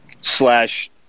slash